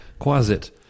Quasit